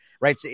right